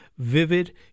Vivid